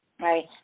right